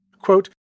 Quote